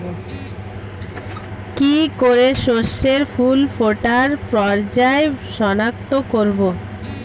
কি করে শস্যের ফুল ফোটার পর্যায় শনাক্ত করব?